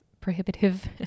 Prohibitive